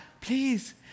Please